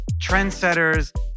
trendsetters